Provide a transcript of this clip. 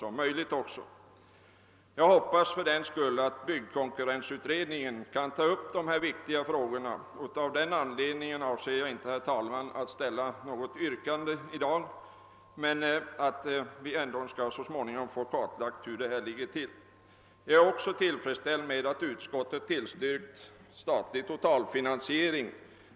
Jag hoppas att byggkonkurrensutredningen kan ta upp dessa viktiga frågor, och därför har jag ingen avsikt att i dag ställa något yrkande, men jag hoppas att vi så småningom skall få helt kartlagt hur det ligger till på detta område. Jag är också tillfredsställd med att utskottet har tillstyrkt förslaget om statlig totalfinansiering.